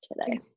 today